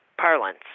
parlance